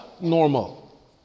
normal